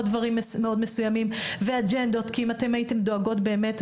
דברים מאוד מסוימים ואג'נדות כי אם הייתן דואגות באמת,